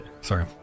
Sorry